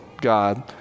God